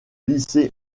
lycée